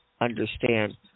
understand